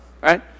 Right